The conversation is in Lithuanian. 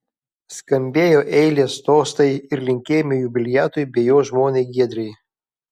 skambėjo eilės tostai ir linkėjimai jubiliatui bei jo žmonai giedrei